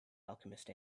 alchemist